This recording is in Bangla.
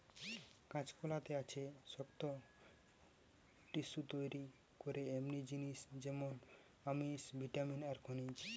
কাঁচকলাতে আছে শক্ত টিস্যু তইরি করে এমনি জিনিস যেমন আমিষ, ভিটামিন আর খনিজ